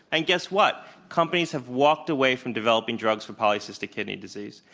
and guess what? companies have walked away from developing drugs for polycystic kidney disease.